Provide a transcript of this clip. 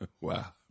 Wow